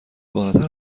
بالاتر